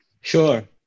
Sure